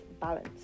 balance